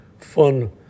fun